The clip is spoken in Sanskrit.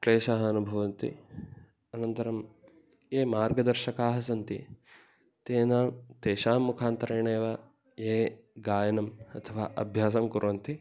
क्लेशः अनुभवन्ति अनन्तरं ये मार्गदर्शकाः सन्ति तेषां तेषां मुखान्तरेणैव ये गायनम् अथवा अभ्यासं कुर्वन्ति